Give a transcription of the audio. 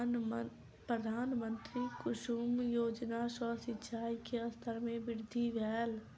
प्रधानमंत्री कुसुम योजना सॅ सिचाई के स्तर में वृद्धि भेल